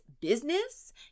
business